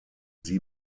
sie